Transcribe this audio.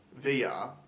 VR